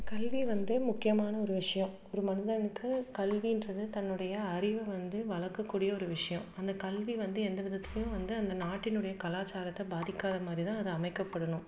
கல்வி வந்து முக்கியமான ஒரு விஷயம் ஒரு மனிதனுக்கு கல்வின்றது தன்னுடைய அறிவை வந்து வளர்க்கக்கூடிய ஒரு விஷயம் அந்த கல்வி வந்து எந்த விதத்துலேயும் வந்து அந்த நாட்டினுடைய கலாச்சாரத்தை பாதிக்காத மாதிரி தான் அது அமைக்கப்படணும்